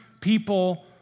people